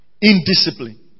Indiscipline